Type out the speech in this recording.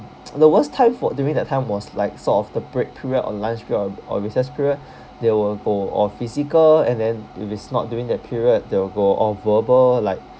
the worst time for during that time was like sort of the break period or lunch period or or recess period they will go all physical and then if it's is not during that period they'll go all verbal like